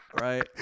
Right